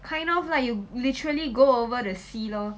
kind of like you literally go over the sea lor